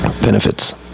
Benefits